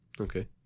Okay